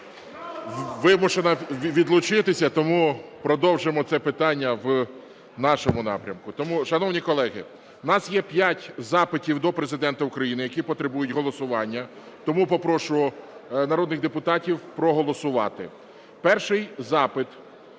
вимушена відлучитися, тому продовжимо це питання в нашому напрямку. Тому, шановні колеги, у нас є п'ять запитів до Президента України, які потребують голосування, тому попрошу народних депутатів проголосувати. Перший запит